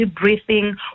breathing